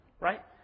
right